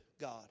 God